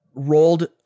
Rolled